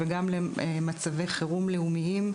וגם למצבי חירום לאומיים,